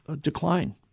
decline